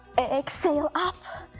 exhale, up,